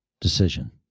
decision